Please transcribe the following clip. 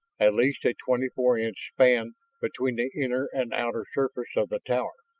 at least a twenty-four-inch span between the inner and outer surface of the tower.